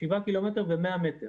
שנמצאים במרחק שבעה ק"מ ו-100 מטר.